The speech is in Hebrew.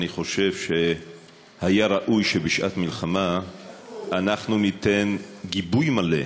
אני חושב שהיה ראוי שבשעת מלחמה אנחנו ניתן גיבוי מלא,